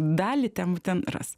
dalį temų ten ras